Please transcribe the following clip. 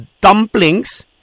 Dumplings